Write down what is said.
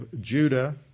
Judah